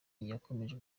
yakomeje